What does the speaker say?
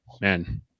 man